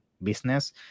business